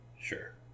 Sure